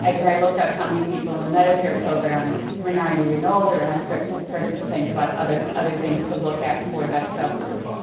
i mean i looked up how many people in the medicare program were ninety and older, and i started started to think about other other things to look at for that subgroup,